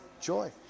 Joy